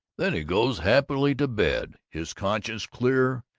then he goes happily to bed, his conscience clear,